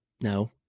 No